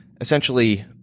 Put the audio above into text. essentially